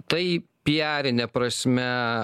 tai pijarine prasme